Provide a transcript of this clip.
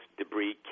debris